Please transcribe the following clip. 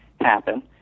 happen